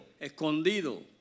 escondido